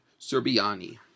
Serbiani